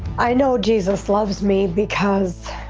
i know jesus loves me because,